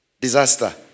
Disaster